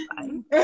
fine